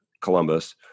Columbus